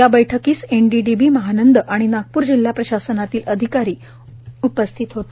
या बैठकीस एनडीडीबी महानंदा व एएचडी नागपूर जिल्हा प्रशासनातील अधिकारी उपस्थित होते